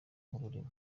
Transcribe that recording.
nk’ururimi